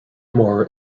mower